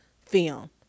film